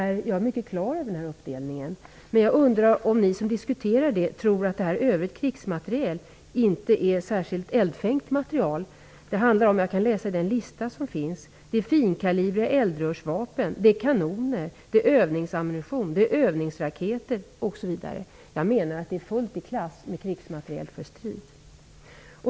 Jag är mycket klar över den uppdelningen. Jag undrar om ni som diskuterar detta tror att "övrig krigsmateriel" inte är särskilt eldfängt material. Det handlar dock om - jag läser från den lista som finns - finkalibriga eldrörsvapen, kanoner, övningsammunition, övningsraketer osv. Jag menar att det är fullt i klass med krigsmateriel för strid.